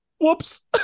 whoops